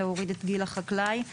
להוריד את גיל החקלאי.